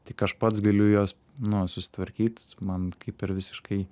tik aš pats galiu juos nu susitvarkyt man kaip ir visiškai